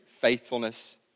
faithfulness